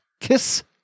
kiss